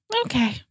Okay